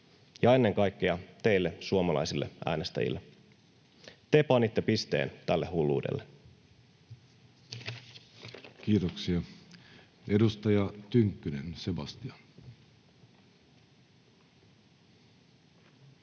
ja ennen kaikkea teille, suomalaisille äänestäjille: te panitte pisteen tälle hulluudelle. [Speech 280] Speaker: Jussi